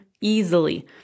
easily